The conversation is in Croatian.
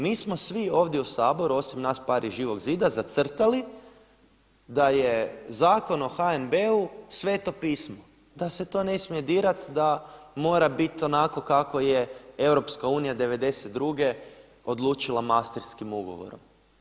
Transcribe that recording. Mi smo svi ovdje u Saboru osim nas par iz Živog zida zacrtali da je Zakon o HNB-u sveto pismo, da se to ne smije dirati, da mora bit onako kako je EU '92. odlučila Maastrichtskim ugovorom.